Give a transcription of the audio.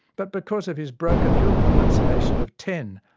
but because of his broken hill pronunciation of ten,